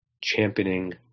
Championing